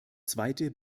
zweite